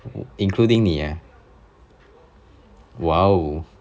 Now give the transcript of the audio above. including 你 ah !wow!